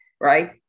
right